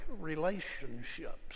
relationships